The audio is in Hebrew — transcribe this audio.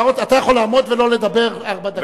אתה יכול לעמוד ולא לדבר ארבע דקות.